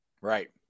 Right